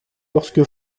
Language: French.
lorsque